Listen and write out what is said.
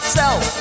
self